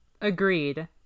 Agreed